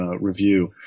review